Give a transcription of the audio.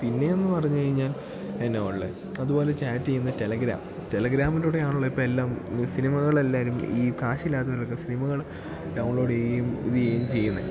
പിന്നേയെന്നു പറഞ്ഞു കഴിഞ്ഞാൽ എന്താ ഉള്ളത് അതുപോലെ ചാറ്റ് ചെയ്യുന്ന ടെലെഗ്രാം ടെലഗ്രാമിലൂടെ ആണല്ലോ ഇപ്പം എല്ലാം സിനിമകളെല്ലാവരും ഈ കാശില്ലാത്തവരൊക്കെ സിനിമകൾ ഡൗൺലോഡ് ചെയ്യുകയും ഇതു ചെയ്യുകയും ചെയ്യുന്നത്